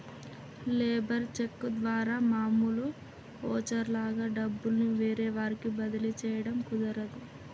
labour cheque ద్వారా మామూలు voucher లాగా డబ్బుల్ని వేరే వారికి బదిలీ చేయడం కుదరదు